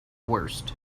worst